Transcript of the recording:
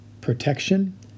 protection